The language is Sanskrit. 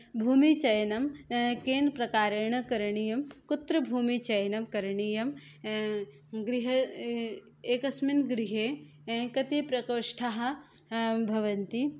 भूमिचयनं केन प्रकारेण करणीयं कुत्र भूमिचयनं करणीयम् गृहे एकस्मिन् गृहे कति प्रकोष्ठाः भवन्ति